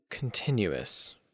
Continuous